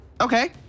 Okay